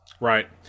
Right